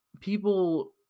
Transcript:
people